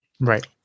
Right